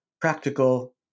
practical